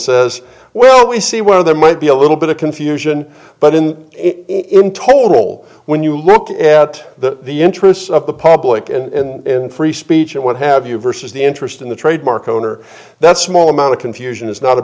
says well we see where there might be a little bit of confusion but in it i'm told roll when you look at the the interests of the public in free speech and what have you versus the interest in the trademark owner that small amount of confusion is not a